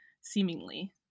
seemingly